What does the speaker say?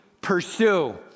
pursue